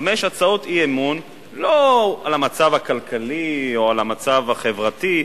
חמש הצעות אי-אמון לא על המצב הכלכלי או על המצב החברתי,